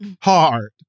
hard